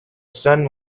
sun